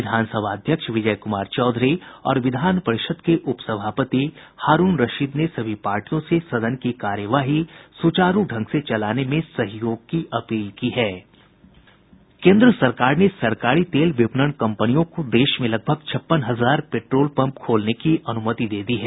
विधानसभा अध्यक्ष विजय कुमार चौधरी और विधान परिषद के उपसभापति हारूण रशीद ने सभी पार्टियों से सदन की कार्यवाही सुचारू ढंग से चलाने में सहयोग की अपील की है केन्द्र सरकार ने सरकारी तेल विपणन कंपनियों को देश में लगभग छप्पन हजार पेट्रोल पंप खोलने की अनुमति दे दी है